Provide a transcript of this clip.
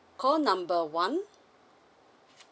call number one